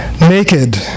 Naked